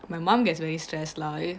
my mom gets very stress lah eh